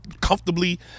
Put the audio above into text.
comfortably